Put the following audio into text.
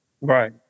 Right